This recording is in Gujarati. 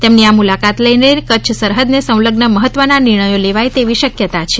તેમની આ મુલાકાતને લઇને કચ્છ સરહદને સંલઝ્ન મહત્વના નિર્ણયો લેવાય તેવી શક્યતા છે